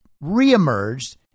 re-emerged